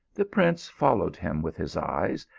the prince followed him with his eyes,